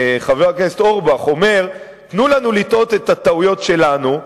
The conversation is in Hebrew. חבר הכנסת אורבך אומר: תנו לנו לטעות את הטעויות שלנו,